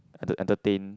and to entertain